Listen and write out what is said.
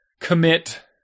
commit